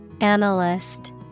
Analyst